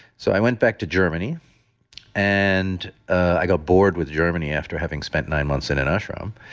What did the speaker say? so i went back to germany and i got bored with germany after having spent nine months in an ashram.